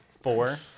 Four